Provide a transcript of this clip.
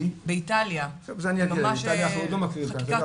ממש חקיקת חובה.